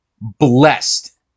blessed